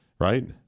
right